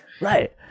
Right